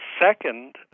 Second